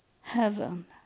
heaven